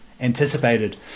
anticipated